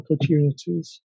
opportunities